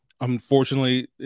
Unfortunately